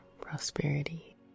prosperity